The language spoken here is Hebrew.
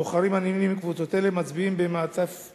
בוחרים הנמנים עם קבוצות אלה מצביעים במעטפות